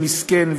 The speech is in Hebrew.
והוא מסכן,